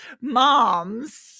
mom's